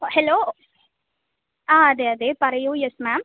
hello ആ അതെ അതെ പറയൂ യെസ് മാം